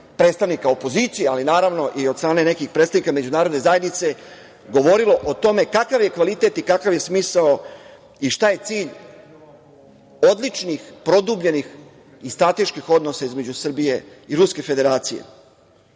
predstavnika opozicije, ali naravno i od strane nekih predstavnika Međunarodne zajednice govorilo o tome kakav je kvalitet i kakav je smisao i šta je cilj odličnih produbljenih i strateških odnosa između Srbije i Ruske Federacije. Želim